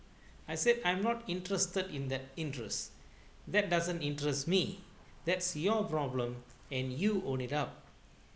I said I'm not interested in that interest that doesn't interest me that's your problem and you own it up